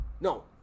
no